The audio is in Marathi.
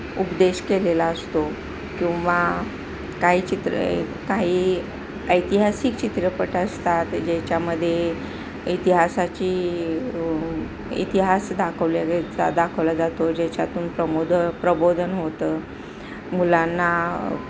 उपदेश केलेला असतो किंवा काही चित्र काही ऐतिहासिक चित्रपट असतात ज्याच्यामध्ये इतिहासाची इतिहास दाखवले गे दाखवला जातो ज्याच्यातून प्रमोद प्रबोधन होतं मुलांना